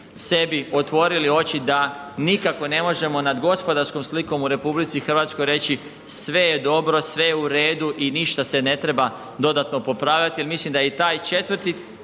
sebi otvorili oči da nikako ne možemo nad gospodarskom slikom u RH reći sve je dobro, sve je u redu i ništa se ne treba dodatno popravljati jer mislim da i taj,